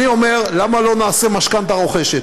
אני אומר, למה לא נעשה משכנתה רוכשת?